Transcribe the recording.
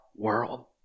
world